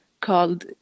called